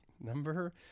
Number